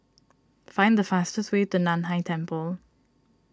find the fastest way to Nan Hai Temple